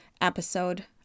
episode